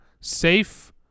safe